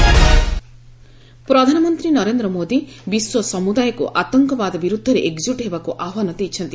PM ପ୍ରଧାନମନ୍ତ୍ରୀ ନରେନ୍ଦ୍ର ମୋଦୀ ବିଶ୍ୱ ସମୁଦାୟକୁ ଆତଙ୍କବାଦ ବିରୁଦ୍ଧରେ ଏକଜୁଟ ହେବାକୁ ଆହ୍ୱାନ କରିଛନ୍ତି